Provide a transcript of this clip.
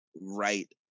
right